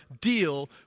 deal